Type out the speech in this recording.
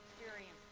experience